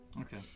Okay